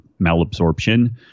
malabsorption